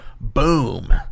Boom